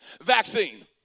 vaccine